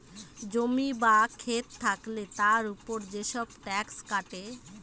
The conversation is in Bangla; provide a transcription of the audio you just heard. জমি বা খেত থাকলে তার উপর যেসব ট্যাক্স কাটে